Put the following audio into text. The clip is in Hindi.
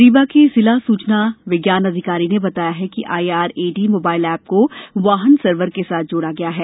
रीवा के जिला सूचना विज्ञान अधिकारी ने बताया कि आईआरएडी मोबाइल एप को वाहन सर्वर के साथ जोड़ा गया है